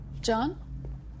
John